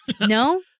No